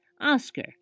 Oscar